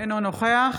אינו נוכח